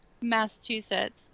Massachusetts